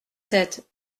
sept